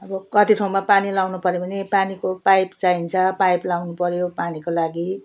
अब कति ठाउँमा पानी लगाउनुपर्यो भने पानीको पाइप चाहिन्छ पाइप लगाउनु पर्यो पानीको लागि